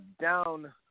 down